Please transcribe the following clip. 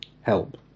help